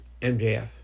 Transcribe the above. MJF